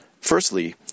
Firstly